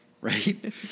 Right